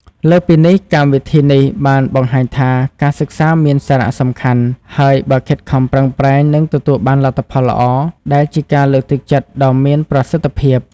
លើសពីនេះ កម្មវិធីនេះបានបង្ហាញថាការសិក្សាមានសារៈសំខាន់ ហើយបើខិតខំប្រឹងប្រែងនឹងទទួលបានលទ្ធផលល្អ ដែលជាការលើកទឹកចិត្តដ៏មានប្រសិទ្ធភាព។